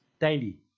daily